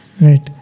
Right